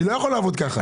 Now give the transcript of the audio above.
אני לא יכול לעבוד כך.